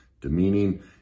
demeaning